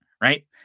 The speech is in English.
right